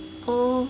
oh